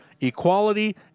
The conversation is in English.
equality